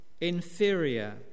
inferior